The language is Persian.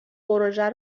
پروژه